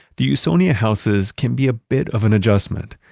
the usonia houses can be a bit of an adjustment.